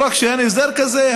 לא רק שאין הסדר כזה,